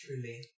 Truly